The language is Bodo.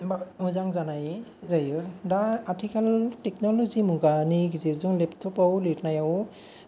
मोजां जानाय जायो दा आथिखालनि थेकन'लजि नि मुगानि गेजेरजों लेफथफ आव लिरनायाव